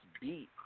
beat